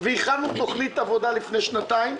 והכנו תוכנית עבודה לפני שנתיים: